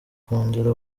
kongera